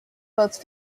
both